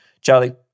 Charlie